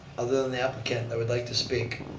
other than the applicant that would like to speak?